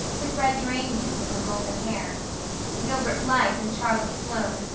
with red geraniums in her golden hair gilbert blythe and charlie sloane,